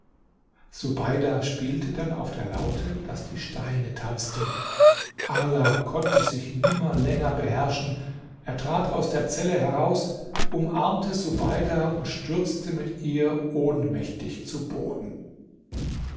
subeida spielt dann auf der laute daß die steine tanzten ala konnte sich nimmer länger beherrschen er trat aus der zelle heraus umarmte subeida und stürzte mit ihr ohnmächtig zu boden